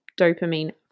dopamine